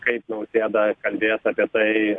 kaip nausėda kalbės apie tai